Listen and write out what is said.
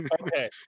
Okay